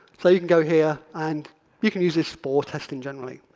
so you can go here, and you can use this for testing generally.